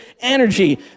energy